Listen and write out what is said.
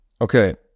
Okay